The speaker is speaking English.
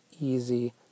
easy